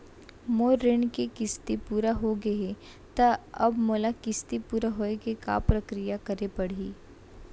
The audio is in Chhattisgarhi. मोर ऋण के किस्ती पूरा होगे हे ता अब मोला किस्ती पूरा होए के का प्रक्रिया करे पड़ही?